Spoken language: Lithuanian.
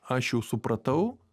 aš jau supratau